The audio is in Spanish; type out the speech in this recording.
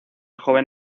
joven